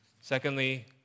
Secondly